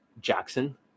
Jackson